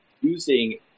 using